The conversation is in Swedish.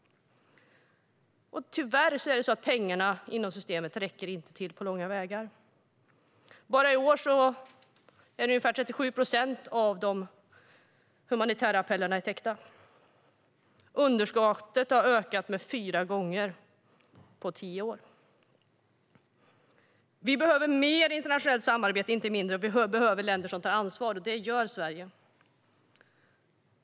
Tyvärr räcker inte pengarna inom systemet till på långa vägar. I år är det bara ungefär 37 procent av de humanitära appellerna som är täckta. Underskottet har ökat med fyra gånger på tio år. Vi behöver mer internationellt samarbete, inte mindre. Vi behöver länder som tar ansvar, och det gör Sverige.